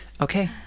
Okay